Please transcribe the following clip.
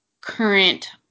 current